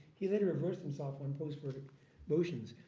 he later reversed himself on post-verdict motions.